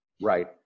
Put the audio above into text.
Right